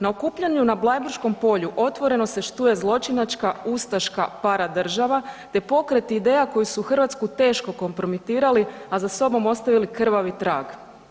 Na okupljanju na Bleiburškom polju otvoreno se štuje zločinačka ustaška paradržava te pokreti i ideja koju su Hrvatsku teško kompromitirali, a za sobom ostavili krvavi trag.